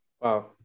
Wow